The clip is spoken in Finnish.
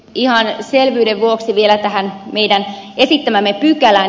ihan selvyyden vuoksi vielä tähän meidän esittämäämme pykälään